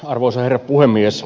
arvoisa herra puhemies